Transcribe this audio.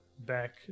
back